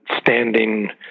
standing